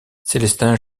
célestin